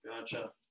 Gotcha